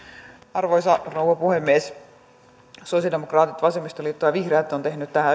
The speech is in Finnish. arvoisa rouva puhemies sosialidemokraatit vasemmistoliitto ja vihreät ovat tehneet tähän